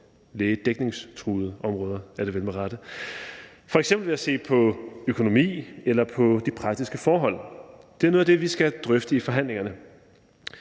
lægedækningstruede områder f.eks. ved at se på økonomi eller på de praktiske forhold? Det er noget af det, vi skal drøfte i forhandlingerne.